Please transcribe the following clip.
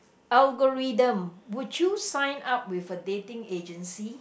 algorithm would you sign up with a dating agency